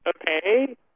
Okay